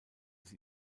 sie